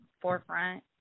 forefront